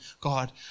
god